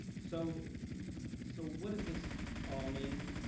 so so what does this all mean?